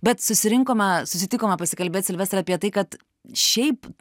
bet susirinkome susitikome pasikalbėt silvestrai apie tai kad šiaip